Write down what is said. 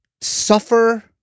suffer